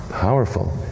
Powerful